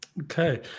Okay